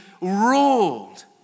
ruled